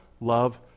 love